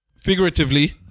Figuratively